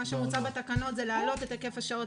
מה שמוצע בתקנות זה להעלות את היקף השעות